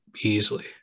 easily